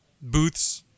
booths